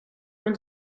men